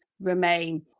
remain